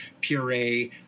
puree